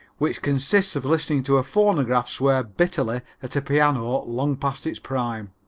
which consists of listening to a phonograph swear bitterly at a piano long past its prime.